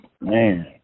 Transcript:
Man